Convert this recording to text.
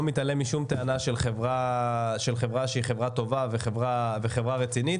מתעלם משום טענה של חברה שהיא חברה טובה וחברה רצינית